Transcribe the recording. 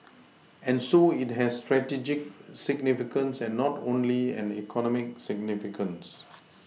and so it has strategic significance and not only an economic significance